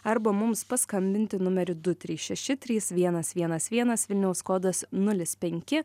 arba mums paskambinti numeriu du trys šeši trys vienas vienas vienas vilniaus kodas nulis penki